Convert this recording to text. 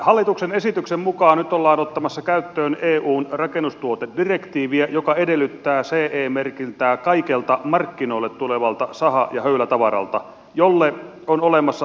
hallituksen esityksen mukaan nyt ollaan ottamassa käyttöön eun rakennustuotedirektiiviä joka edellyttää ce merkintää kaikelta markkinoille tulevalta saha ja höylätavaralta jolle on olemassa harmonisoitu tuotestandardi